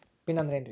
Pin ಅಂದ್ರೆ ಏನ್ರಿ?